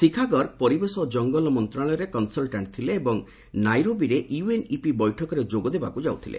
ଶିଖା ଗର୍ଗ ପରିବେଶ ଓ ଜଙ୍ଗଲ ମନ୍ତ୍ରଣାଳୟରେ କନ୍ସଲ୍ଟାଣ୍ଟ୍ ଥିଲେ ଏବଂ ନାଇରୋବିରେ ୟୁଏନ୍ଇପି ବୈଠକରେ ଯୋଗ ଦେବାକୁ ଯାଉଥିଲେ